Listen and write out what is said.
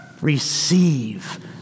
receive